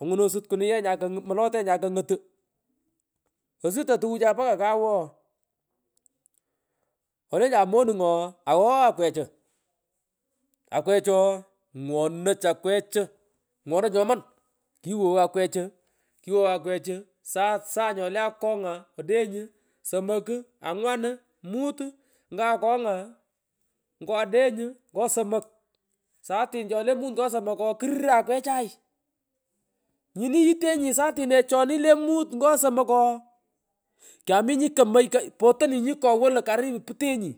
angunan osut kunuye nya mlote nyakangolu osuton tukuchay mbaka kaw ooh kumugh olenjan manugh ooh aoa akwechu ngalan sopuch akwecho ooh ngwonoch akwechu ngwonach nyoman kighoghay akwechu kighoghoy akwechu saa saa nyole kuyit akonga odengu somoki, angwanu, mutu, nga akonga ngwa odenyu ngo somok satin chole mut ngo somok ooh kururo akwechay ngalan sopuch nyini yitenyi saatinechonyi le mut ngo somok le mut ngo somok ooh wamunyi komoy ko potonunyi kowo lo karipu putenyi.